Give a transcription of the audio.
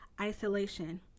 isolation